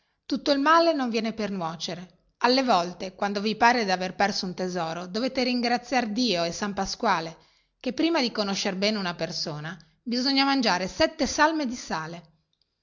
tutto il male non viene per nuocere alle volte quando vi pare daver perso un tesoro dovete ringraziar dio e san pasquale chè prima di conoscere bene una persona bisogna mangiare sette salme di sale